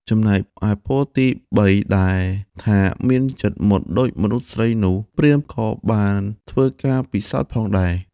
ចំណែកឯពរ ទី ៣ ដែលថា មានចិត្តមុតដូចមនុស្សស្រីនោះ ព្រាហ្មណ៍ក៏បានធ្វើការពិសោធន៍ផងដែរ។